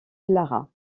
clara